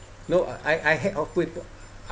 no I I had